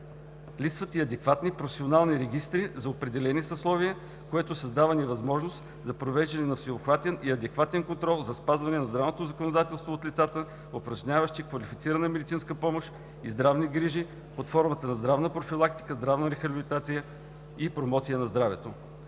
липсват адекватни професионални регистри за определени съсловия, което създава невъзможност за провеждане на всеобхватен и адекватен контрол за спазване на здравното законодателство от лицата, упражняващи квалифицирана медицинска помощ и здравни грижи под формата на здравна профилактика, здравна рехабилитация и промоция на здравето.